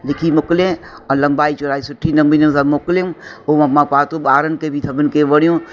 लिखी मोकिले ऐं लंबाई चौढ़ाई सुठी न बि न मकिलूं उहो मां पातो ॿारनि खे बि सभिनि खे वणियो